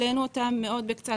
העלינו אותם בקצת,